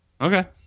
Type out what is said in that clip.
Okay